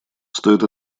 стоит